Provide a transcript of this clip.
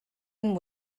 and